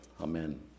Amen